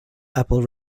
apple